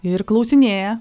ir klausinėja